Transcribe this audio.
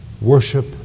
worship